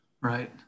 Right